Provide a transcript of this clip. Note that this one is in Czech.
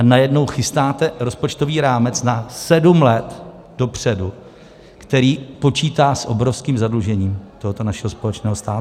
A najednou chytáte rozpočtový rámec na sedm let dopředu, který počítá s obrovským zadlužením tohoto našeho společného státu.